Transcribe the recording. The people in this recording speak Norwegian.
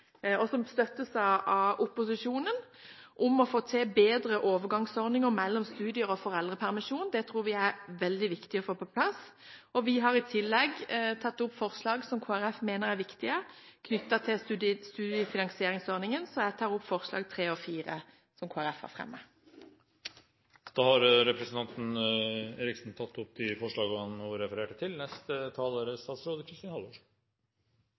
forslaget, som støttes av opposisjonen, om å få til bedre overgangsordninger mellom studier og foreldrepermisjon. Det tror vi er veldig viktig å få på plass. Vi har i tillegg lagt fram forslag som Kristelig Folkeparti mener er viktige, knyttet til studiefinansieringsordningen. Jeg tar opp forslagene nr. 3 og 4, som Kristelig Folkeparti har fremmet. Da har representanten Dagrun Eriksen tatt opp de forslagene hun refererte til. Dette er